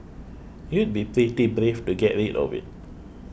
you'd be pretty brave to get rid of it